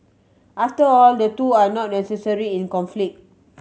after all the two are not necessary in conflict